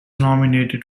nominated